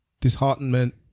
disheartenment